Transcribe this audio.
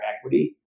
equity